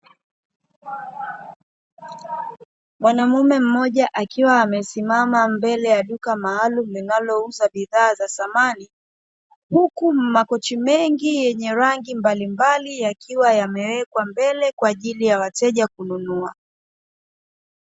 Mwanamume mmoja akiwa amesimama mbele ya duka maalum linalouza bidhaa za samani, huku makochi mengi yenye rangi mbalimbali yakiwa yamewekwa mbele kwa ajili ya wateja kununua.